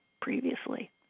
previously